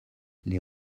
les